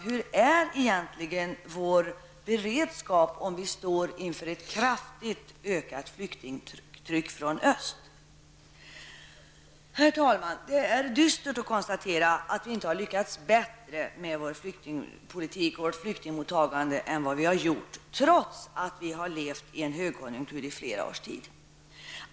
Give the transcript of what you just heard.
Hur är vår beredskap om vi står inför ett kraftigt ökat flyktingtryck från öst? Herr talman! Det är dystert att konstatera att vi inte har lyckats bättre med vår flyktingpolitik och vårt flyktingmottagande än vad vi har gjort, trots att vi har levt i en högkonjunktur i flera års tid.